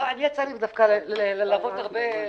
יצא לי ללוות הרבה זוגות.